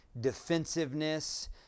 defensiveness